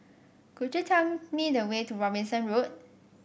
could you tell me the way to Robinson Road